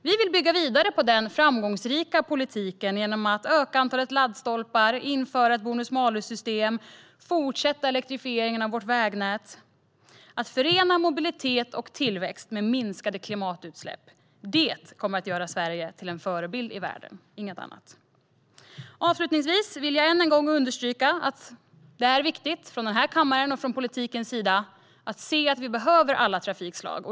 Vi vill bygga vidare på den framgångsrika politiken genom att öka antalet laddstolpar, införa ett bonus-malus-system och fortsätta elektrifieringen av vårt vägnät. Att förena mobilitet och tillväxt med minskade klimatutsläpp kommer att göra Sverige till en förebild i världen. Avslutningsvis vill jag än en gång understryka att det är viktigt att vi härifrån kammarens och från politikens sida ser att vi behöver alla trafikslag.